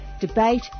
debate